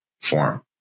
form